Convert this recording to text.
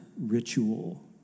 ritual